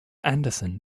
anderson